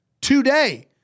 today